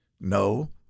no